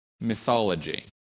mythology